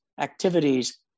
activities